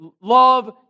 love